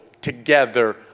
together